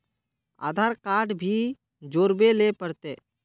आधार card भी जोरबे ले पड़ते?